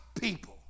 people